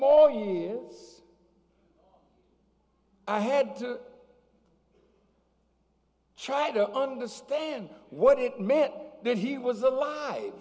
more years i had to try to understand what it meant that he was alive